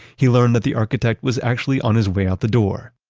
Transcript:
he learned that the architect was actually on his way out the door.